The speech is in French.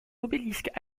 obélisques